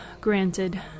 Granted